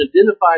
identified